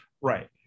Right